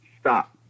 stop